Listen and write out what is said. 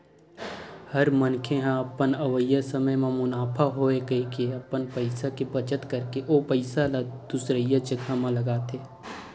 हर मनखे ह अपन अवइया समे म मुनाफा होवय कहिके अपन पइसा के बचत करके ओ पइसा ल दुसरइया जघा म लगाथे